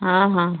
ହଁ ହଁ